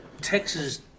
Texas